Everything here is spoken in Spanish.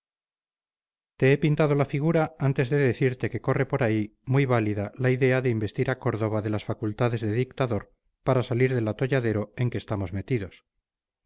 te he pintado la figura antes de decirte que corre por ahí muy válida la idea de investir a córdova de las facultades de dictador para salir del atolladero en que estamos metidos